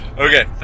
Okay